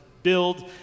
build